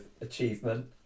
achievement